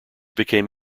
became